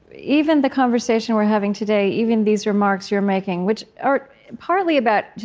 even the conversation we're having today, even these remarks you're making, which are partly about,